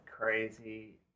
crazy